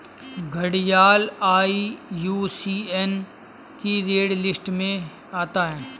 घड़ियाल आई.यू.सी.एन की red list में आता है